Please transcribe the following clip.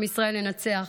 עם ישראל ינצח.